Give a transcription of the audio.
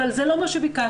אבל זה לא מה שביקשנו.